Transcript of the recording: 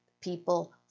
people